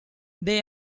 they